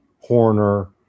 Horner